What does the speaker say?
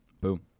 Boom